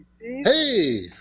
Hey